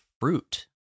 fruit